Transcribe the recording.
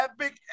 epic